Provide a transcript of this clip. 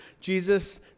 Jesus